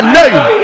name